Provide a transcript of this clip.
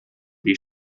die